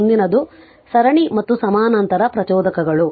ಮುಂದಿನದು ಸರಣಿ ಮತ್ತು ಸಮಾನಾಂತರ ಪ್ರಚೋದಕಗಳು